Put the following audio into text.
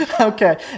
Okay